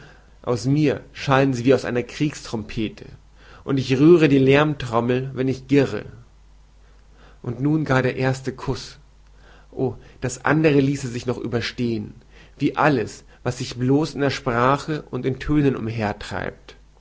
aus mir schallen sie wie aus einer kriegstrommete und ich rühre die lermtrommel wenn ich girre und nun gar der erste kuß o das andere ließe sich noch überstehen wie alles was sich blos in der sprache und in tönen